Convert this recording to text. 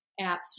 apps